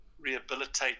rehabilitate